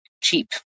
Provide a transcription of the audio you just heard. cheap